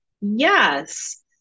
yes